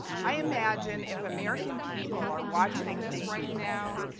i imagine if american people are watching this right now,